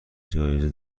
جایزه